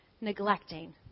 neglecting